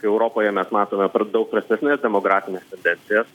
europoje mes matome daug prastesnes demografines tendencijas